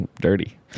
dirty